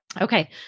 Okay